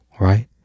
right